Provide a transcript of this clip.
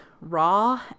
raw